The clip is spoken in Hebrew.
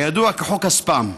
הידוע כ"חוק הספאם",